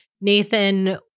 Nathan